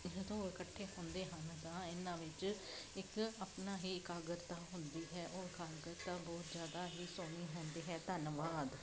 ਜਦੋਂ ਇਹ ਇਕੱਠੇ ਹੁੰਦੇ ਹਨ ਤਾਂ ਇਹਨਾਂ ਵਿੱਚ ਇੱਕ ਆਪਣਾ ਹੀ ਇਕਾਗਰਤਾ ਹੁੰਦੀ ਹੈ ਉਹ ਇਕਾਗਰਤਾ ਬਹੁਤ ਜ਼ਿਆਦਾ ਹੀ ਸੋਹਣੀ ਹੁੰਦੀ ਹੈ ਧੰਨਵਾਦ